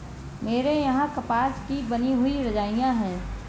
मेरे यहां कपास की बनी हुई रजाइयां है